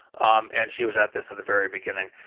um and she was at this at the very beginning.